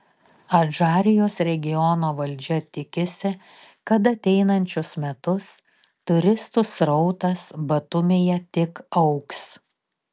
adžarijos regiono valdžia tikisi kad ateinančius metus turistų srautas batumyje tik augs